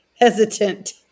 hesitant